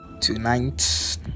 tonight